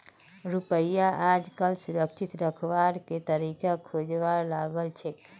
रुपयाक आजकल सुरक्षित रखवार के तरीका खोजवा लागल छेक